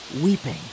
weeping